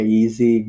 easy